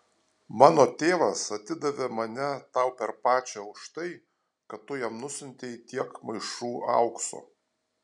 mano tėvas atidavė mane tau per pačią už tai kad tu jam nusiuntei tiek maišų aukso